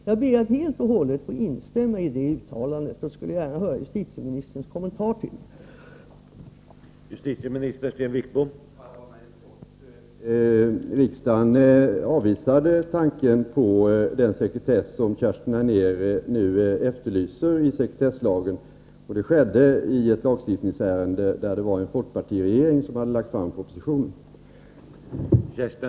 Jag ber att helt och hållet få instämma i uttalandet, och jag skulle gärna vilja höra justitieministerns kommentar till det.